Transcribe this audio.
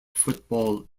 football